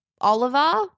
Oliver